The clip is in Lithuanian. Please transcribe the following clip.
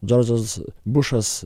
džordžas bušas